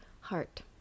Heart